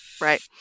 right